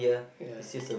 ya